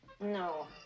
No